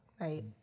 Right